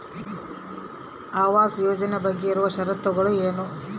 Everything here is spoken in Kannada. ಆವಾಸ್ ಯೋಜನೆ ಬಗ್ಗೆ ಇರುವ ಶರತ್ತುಗಳು ಏನು?